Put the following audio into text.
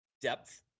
depth